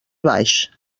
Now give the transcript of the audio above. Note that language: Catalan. baix